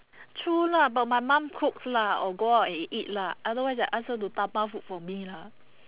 true lah but my mum cooks lah or go out and eat lah otherwise I ask her to dabao food for me lah